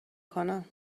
کنم